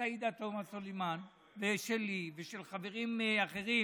עאידה תומא סולימאן ושלי ושל חברים אחרים,